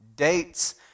Dates